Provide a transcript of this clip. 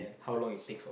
and how long it takes or